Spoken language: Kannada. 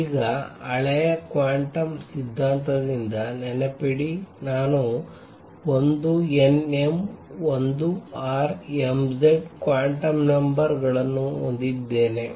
ಈಗ ಹಳೆಯ ಕ್ವಾಂಟಮ್ ಸಿದ್ಧಾಂತದಿಂದ ನೆನಪಿಡಿ ನಾನು l n m l or m z quantum number ಗಳನ್ನು ಹೊಂದಿದ್ದೇನೆ